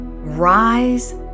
Rise